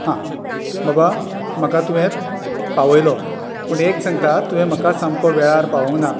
हां बाबा म्हाका तुवें पावयलो पूण एक सांगता तुवें म्हाका सामको वेळार पावोवंक ना